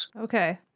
Okay